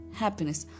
happiness